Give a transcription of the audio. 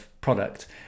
product